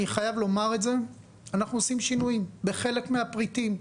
אני חייב לומר שאנחנו עושים שינויים בחלק מהפריטים,